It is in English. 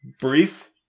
brief